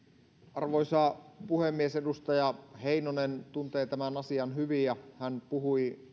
arvoisa puhemies edustaja heinonen tuntee tämän asian hyvin ja hän myös puhui